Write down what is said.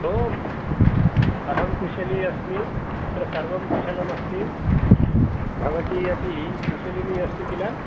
आम् अहं कुशली अस्मि अत्र सर्वं कुशलम् अस्ति भवती अपि कुशलिनी अस्ति किल